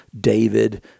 David